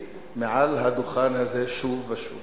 מעל הדוכן הזה אני קורא שוב ושוב